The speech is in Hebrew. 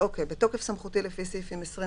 בתוקף סמכותי לפי סעיפים 23,